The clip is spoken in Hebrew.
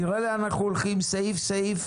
תראה לאן אנחנו הולכים סעיף סעיף,